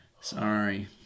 Sorry